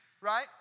right